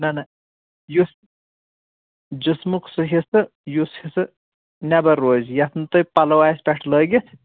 نَہ نَہ یُس جِسمُک سُہ حِصہٕ یُس حِصہٕ نیٚبر روزِ یتھ نہٕ تۄہہِ پَلو آسہِ پیٚٹھٕ لأگِتھ